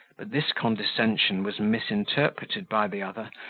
this condescension was misinterpreted by the other,